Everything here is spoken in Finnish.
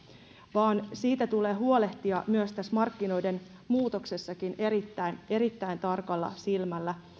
vaan siitä tulee huolehtia myös tässä markkinoiden muutoksessakin erittäin erittäin tarkalla silmällä